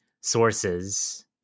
sources